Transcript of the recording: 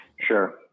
Sure